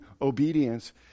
obedience